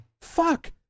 Fuck